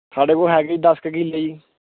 ਸਾਡੇ ਕੋਲ ਹੈਗੇ ਦਸ ਕੁ ਕਿੱਲੇ ਜੀ